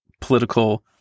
political